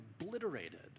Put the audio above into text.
obliterated